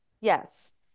Yes